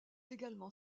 également